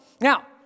Now